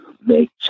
make